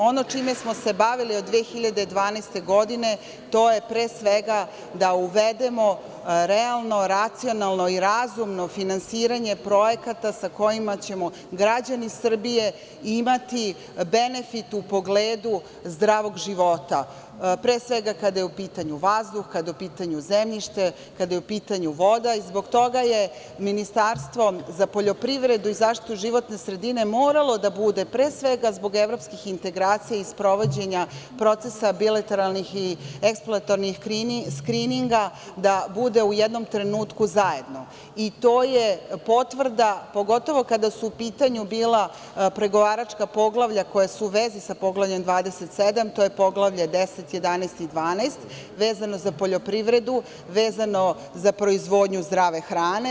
Ono čime smo se bavili od 2012. godine jeste, pre svega, da uvedemo realno, racionalno i razumno finansiranje projekata sa kojima će građani Srbije imati benefit u pogledu zdravog života, a pre svega kada je u pitanju vazduh, kada je u pitanju zemljište, kada je u pitanju voda i zbog toga je Ministarstvo za poljoprivredu i zaštitu životne sredine moralo da bude, pre svega, zbog evropskih integracija i sprovođenja procesa bilateralnih i eksploatornih skrininga, u jednom trenutku zajedno, i to je potvrda, pogotovo kada su u pitanju bila pregovaračka poglavlja koja su u vezi sa Poglavljem 27, a to su poglavlja 10, 11 i 12, vezano za poljoprivredu, vezano za proizvodnju zdrave hrane.